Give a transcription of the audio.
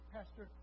Pastor